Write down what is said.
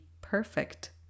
perfect